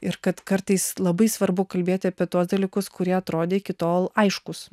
ir kad kartais labai svarbu kalbėti apie tuos dalykus kurie atrodė iki tol aiškūs